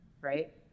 right